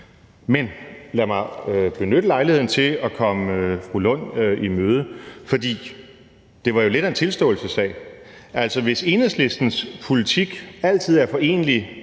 Men lad mig benytte lejligheden til at komme fru Rosa Lund i møde, for det var jo lidt af en tilståelsessag. Hvis Enhedslistens politik altid er forenelig